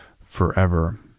forever